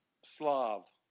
Slav